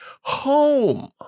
home